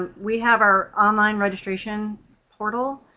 ah we have our online registration portal.